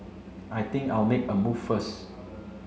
I think I'll make a move first